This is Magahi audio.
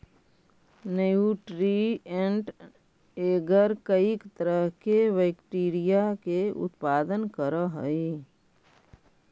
न्यूट्रिएंट् एगर कईक तरह के बैक्टीरिया के उत्पादन करऽ हइ